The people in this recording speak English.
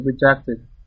rejected